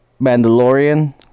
Mandalorian